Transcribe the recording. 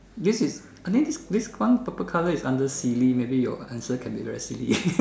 this is I think this this one purple color is under silly maybe your answer can be very silly